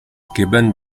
given